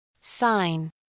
Sign